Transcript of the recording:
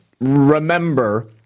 remember